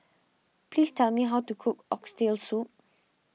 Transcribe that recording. please tell me how to cook Oxtail Soup